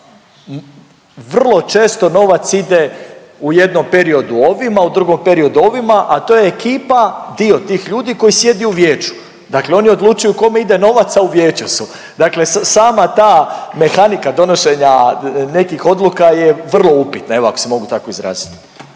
vrlo često novac ide u jednom periodu ovima, u drugom periodu ovima, a to je ekipa dio tih ljudi koji sjedi u vijeću. Dakle oni odlučuju kome ide novac, a u vijeću su. Dakle sama ta mehanika donošenja nekih odluka je vrlo upitna, evo ako se mogu tako izraziti.